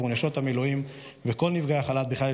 עבור נשות המילואים וכל נפגעי החל"ת בכלל,